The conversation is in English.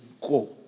go